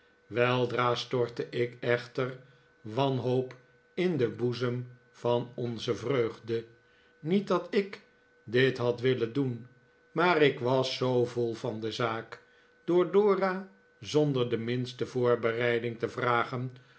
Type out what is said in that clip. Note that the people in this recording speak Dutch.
weldra stortte ik echter wanhoop in den boezem van onze viengde niet dat ik dit had willen doen maar ik was zoo vol van de zaak door dora bonder de minste voorbereiding te vragen